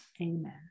Amen